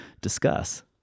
discuss